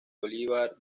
olivar